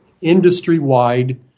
industry-wide